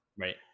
Right